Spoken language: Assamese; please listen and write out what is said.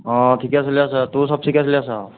অঁ ঠিকেই চলি আছে তোৰ চব ঠিকেই চলি আছে অঁ